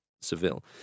Seville